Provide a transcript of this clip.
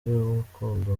ry’urukundo